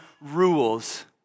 rules